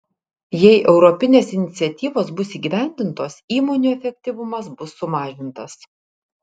jei europinės iniciatyvos bus įgyvendintos įmonių efektyvumas bus sumažintas